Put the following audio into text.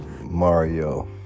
Mario